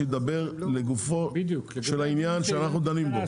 שידבר לגופו של עניין שאנחנו מדברים בו.